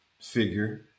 figure